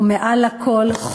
ומעל לכול,